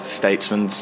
statesmen